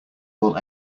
will